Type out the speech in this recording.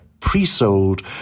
pre-sold